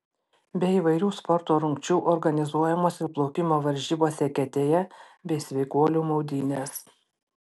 be įvairių sporto rungčių organizuojamos ir plaukimo varžybos eketėje bei sveikuolių maudynės